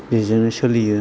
बेजोंनो सोलियो